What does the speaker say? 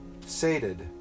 sated